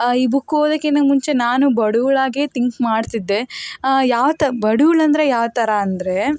ಈ ಬುಕ್ ಓದೋದ್ಕಿಂತ ಮುಂಚೆ ನಾನು ಬಡವ್ಳಾಗಿಯೇ ಥಿಂಕ್ ಮಾಡ್ತಿದ್ದೆ ಯಾವ ತ ಬಡವ್ಳಂದ್ರೆ ಯಾವ ಥರ ಅಂದರೆ